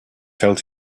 felt